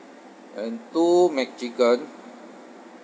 and two mcchicken